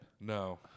No